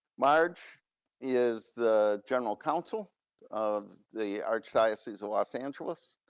marge is the general counsel of the archdiocese of los angeles.